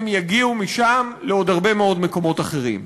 יגיעו משם לעוד הרבה מאוד מקומות אחרים.